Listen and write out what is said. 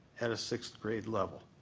at a sixth grade level.